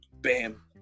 bam